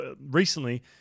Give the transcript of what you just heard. recently